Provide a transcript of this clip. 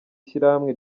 shyirahamwe